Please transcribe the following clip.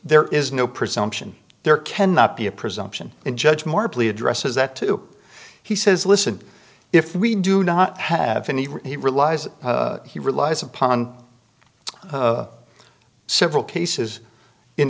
there is no presumption there cannot be a presumption in judge moore plea addresses that to he says listen if we do not have any he relies he relies upon several cases in